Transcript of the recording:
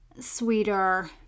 sweeter